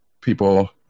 people